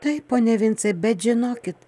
taip pone vincai bet žinokit